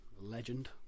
legend